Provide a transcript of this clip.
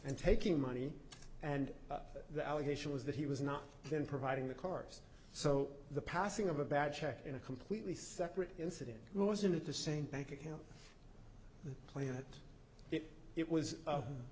and taking money and the allegation was that he was not then providing the cars so the passing of a bad check in a completely separate incident wasn't the same bank account plan that it was